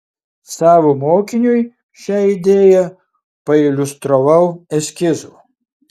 savo mokiniui šią idėją pailiustravau eskizu